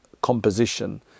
composition